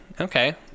okay